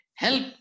Help